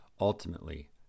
Ultimately